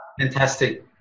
Fantastic